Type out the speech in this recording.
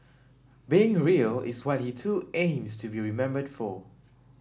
being real is what he too aims to be remembered for